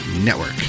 Network